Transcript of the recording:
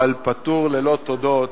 אבל פטור ללא תודות